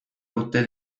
urte